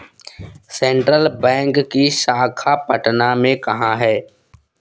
Central bank की शाखा पटना में कहाँ है?